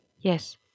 Yes